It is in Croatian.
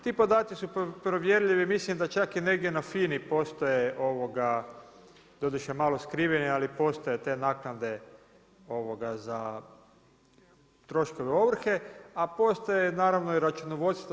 Ti podaci su provjerljivi mislim da čak i negdje na FINA-i postoje doduše malo skriveni, ali postoje te naknade za troškove ovrhe a postoji naravno i računovodstvo.